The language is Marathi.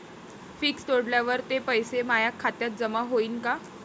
फिक्स तोडल्यावर ते पैसे माया खात्यात जमा होईनं का?